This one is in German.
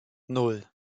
nan